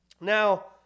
Now